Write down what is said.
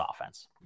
offense